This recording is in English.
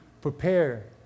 prepare